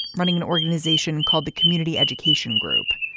running an organization called the community education group.